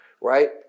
Right